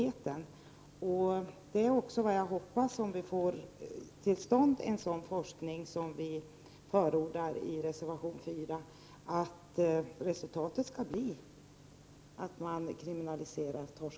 Forskning på detta område — och det är vad vi förordar i reservation 4 — skulle, förhoppningsvis, kunna resultera i att de s.k. torskarnas handlande kriminaliseras.